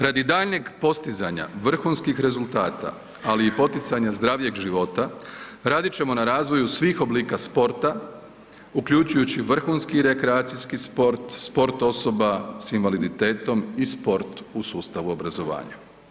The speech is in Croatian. Radi daljnjeg postizanja vrhunskih rezultata, ali i poticanja zdravijeg života radit ćemo na razvoju svih oblika sporta uključujući vrhunski i rekreacijski sport, sport osoba s invaliditetom i sport u sustavu obrazovanja.